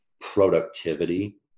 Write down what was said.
productivity